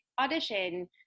audition